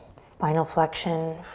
spinal flexion,